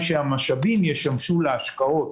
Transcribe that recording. שהמשאבים ישמשו להשקעות,